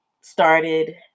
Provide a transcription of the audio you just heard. started